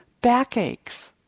backaches